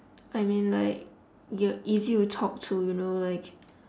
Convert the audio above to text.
I mean like you're easy to talk to you know like